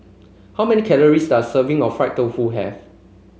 how many calories does a serving of Fried Tofu have